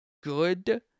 good